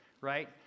right